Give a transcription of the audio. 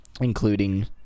Including